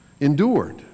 endured